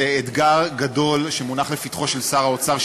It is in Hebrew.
זה אתגר גדול שמונח לפתחו של שר האוצר,